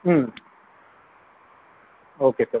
ம் okay sir